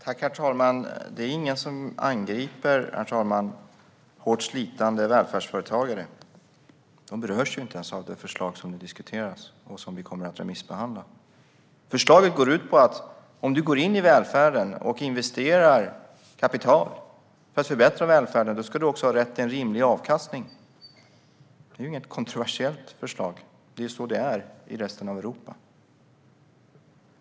Herr talman! Det är ingen som angriper välfärdsföretagare som sliter hårt. De berörs inte ens av det förslag som diskuteras och som vi kommer att remissbehandla. Förslaget går ut på att om man går in i välfärden och investerar kapital för att förbättra välfärden ska man också ha rätt till en rimlig avkastning. Det är inget kontroversiellt förslag. Det är så det är i resten av Europa.